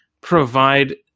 provide